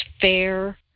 fair